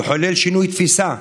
לחולל שינוי תפיסה,